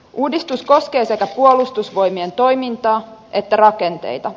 uudistus koskee sekä puolustusvoimien toimintaa että rakenteita